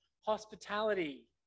hospitality